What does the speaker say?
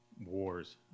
wars